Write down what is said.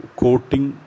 coating